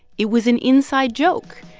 it was an inside joke,